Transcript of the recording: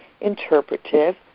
interpretive